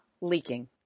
leaking